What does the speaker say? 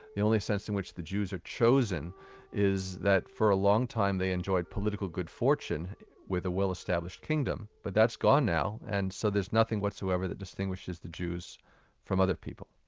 the only sense in which the jews are chosen is that for a long time they enjoyed political good fortune with a well-established kingdom, but that's gone now and so there's nothing whatsoever that distinguishes the jews from other people.